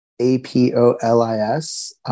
A-P-O-L-I-S